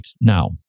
now